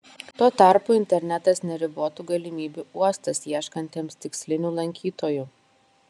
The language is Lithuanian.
tuo tarpu internetas neribotų galimybių uostas ieškantiems tikslinių lankytojų